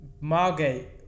Margate